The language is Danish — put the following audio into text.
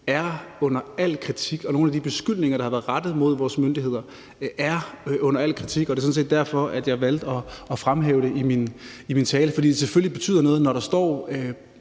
er under al kritik, og nogle af de beskyldninger, der har været rettet mod vores myndigheder, er under al kritik. Det er sådan set derfor, jeg valgte at fremhæve det i min tale. For selvfølgelig betyder det noget, når der står